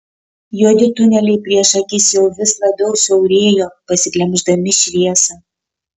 juodi tuneliai prieš akis jau vis labiau siaurėjo pasiglemždami šviesą